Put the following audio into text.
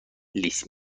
لیس